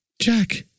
Jack